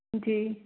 जी